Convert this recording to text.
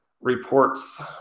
reports